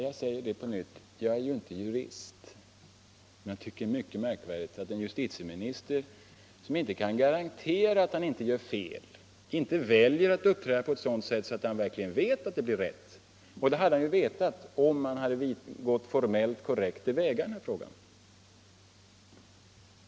Jag säger det på nytt: Jag är inte jurist, men jag tycker det är mycket 113 Om åtgärder för att avskaffa påminnelser om att Sverige är en monarki märkligt att en justitieminister som inte kan garantera att han inte gör fel inte väljer att uppträda på ett sådant sätt att han verkligen vet att det blir rätt. Det hade han vetat, om han hade gått formellt riktigt till väga med frågan.